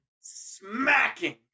smacking